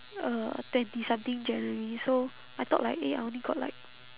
uh twenty something january so I thought like eh I only got like